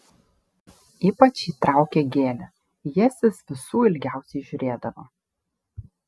ypač jį traukė gėlės į jas jis visų ilgiausiai žiūrėdavo